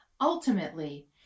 Ultimately